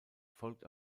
folgt